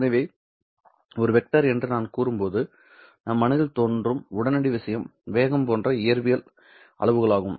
எனவே ஒரு வெக்டர் என்று நாம் கூறும்போது நம் மனதில் தோன்றும் உடனடி விஷயம் வேகம் போன்ற இயற்பியல் அளவுகளாகும்